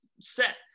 set